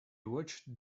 watched